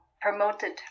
promoted